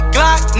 Glock